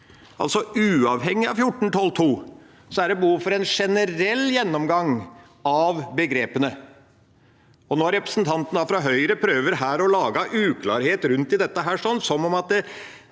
Altså: Uavhengig av § 14-12 andre ledd er det behov for en generell gjennomgang av begrepene. Og når representanten fra Høyre her prøver å lage uklarhet rundt dette, som om